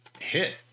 hit